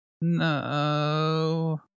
No